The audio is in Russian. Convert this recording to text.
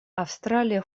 австралия